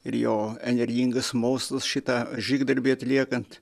ir jo energingas mostas šitą žygdarbį atliekant